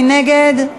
מי נגד?